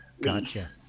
Gotcha